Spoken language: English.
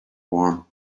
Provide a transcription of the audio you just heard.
warm